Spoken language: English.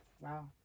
Wow